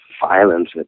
violence